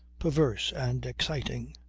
perverse and exciting.